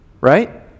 Right